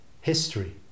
history